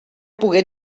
pogué